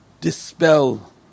dispel